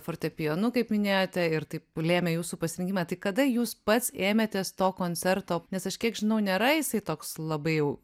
fortepijonu kaip minėjote ir tai lėmė jūsų pasirinkimą tai kada jūs pats ėmėtės to koncerto nes aš kiek žinau nėra jisai toks labai jau